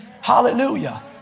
Hallelujah